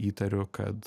įtariu kad